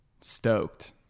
stoked